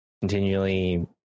continually